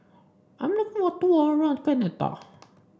I'm looking for a tour around Canada